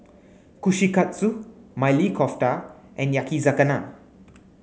Kushikatsu Maili Kofta and Yakizakana